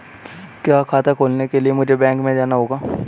क्या खाता खोलने के लिए मुझे बैंक में जाना होगा?